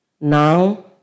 Now